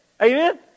Amen